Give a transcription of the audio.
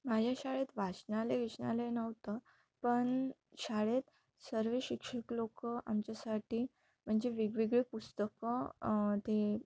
माझ्या शाळेत वाचनालय गिचनालय नव्हतं पण शाळेत सर्वे शिक्षक लोकं आमच्यासाठी म्हणजे वेगवेगळे पुस्तकं ते